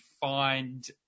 find